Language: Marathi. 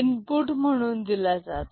इनपुट म्हणून दिला जातो